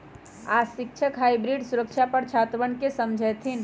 आज शिक्षक हाइब्रिड सुरक्षा पर छात्रवन के समझय थिन